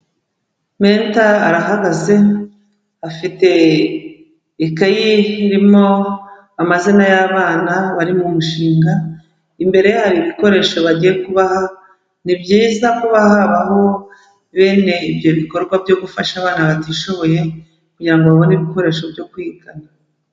Menta arahagaze afite ikayi irimo amazina y'abana bari mu mushinga, imbere ye hari ibikoresho bagiye kubaha, ni byiza kuba habaho bene ibyo bikorwa byo gufasha abana batishoboye kugira ngo babone ibikoresho byo kwigana.